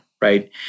right